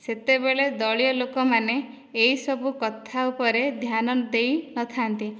ସେତେବେଳେ ଦଳୀୟ ଲୋକମାନେ ଏହିସବୁ କଥା ଉପରେ ଧ୍ୟାନ ଦେଇନଥାନ୍ତି